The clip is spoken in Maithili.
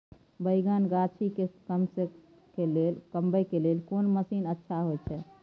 बैंगन गाछी में के कमबै के लेल कोन मसीन अच्छा होय छै?